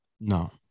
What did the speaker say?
No